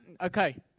Okay